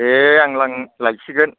दे आं लायसिगोन